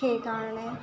সেইকাৰণে